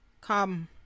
Come